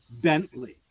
Bentley